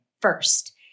first